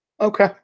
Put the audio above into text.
Okay